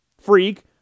Freak